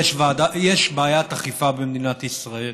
יש בעיית אכיפה במדינת ישראל,